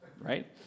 right